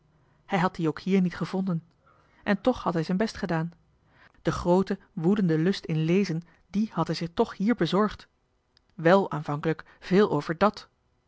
hij had die ook hier niet gevonden en toch had hij zijn best gedaan den grooten woedenden lust in lezen dien had hij zich toch hier bezorgd wel aanvankelijk veel over dat